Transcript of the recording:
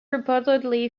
reportedly